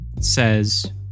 says